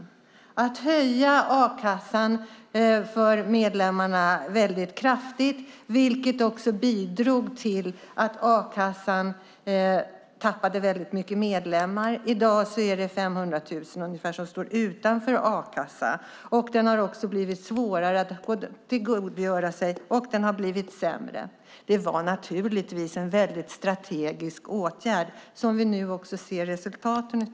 Man höjde a-kasseavgiften för medlemmarna kraftigt, vilket bidrog till att a-kassan tappade mycket medlemmar. I dag är det ungefär 500 000 som står utanför a-kassan. Den har också blivit svårare att få tillgodogöra sig. Den har blivit sämre. Det var naturligtvis en strategisk åtgärd som vi nu också ser resultaten av.